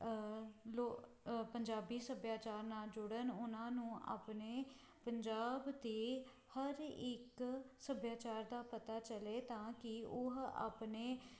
ਲੋ ਪੰਜਾਬੀ ਸੱਭਿਆਚਾਰ ਨਾਲ ਜੁੜਨ ਉਹਨਾਂ ਨੂੰ ਆਪਣੇ ਪੰਜਾਬ ਦੇ ਹਰ ਇੱਕ ਸੱਭਿਆਚਾਰ ਦਾ ਪਤਾ ਚੱਲੇ ਤਾਂ ਕਿ ਉਹ ਆਪਣੇ